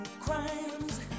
crimes